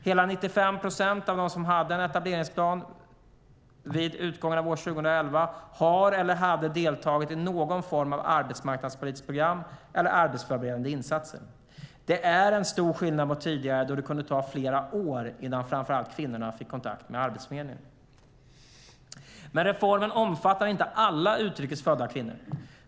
Hela 95 procent av dem som hade en etableringsplan vid utgången av år 2011 har eller hade deltagit i någon form av arbetsmarknadspolitiskt program eller arbetsförberedande insatser. Det är en stor skillnad mot tidigare då det kunde ta flera år innan framför allt kvinnorna fick kontakt med Arbetsförmedlingen. Men reformen omfattar inte alla utrikes födda kvinnor.